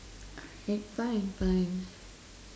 alright fine fine